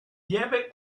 lieve